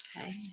okay